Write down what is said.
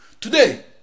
Today